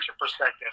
perspective